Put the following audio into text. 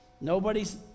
Nobody's